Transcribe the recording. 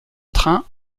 train